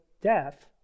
death